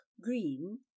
green